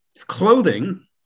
clothing